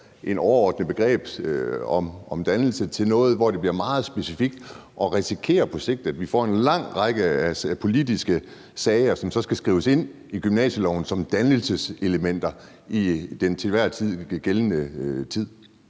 et overordnet begreb om dannelse til at være noget meget specifikt, og at vi på sigt risikerer, at vi får en lang række af politiske sager, som så skal skrives ind i gymnasieloven som dannelseselementer til den pågældende tid?